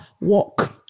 walk